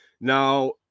Now